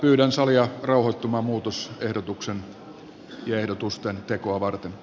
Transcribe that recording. pyydän salia rauhoittumaan muutosehdotusten tekoa varten